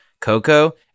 Coco